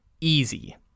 easy